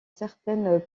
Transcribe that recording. certaines